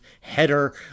header